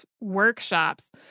workshops